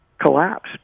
collapse